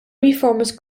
reformers